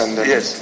Yes